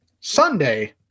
sunday